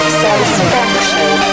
satisfaction